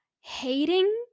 hating